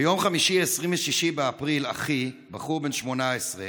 ביום חמישי, 26 באפריל, אחי, בחור בן 18,